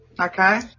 Okay